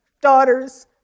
daughters